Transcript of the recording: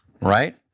right